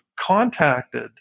contacted